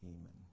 amen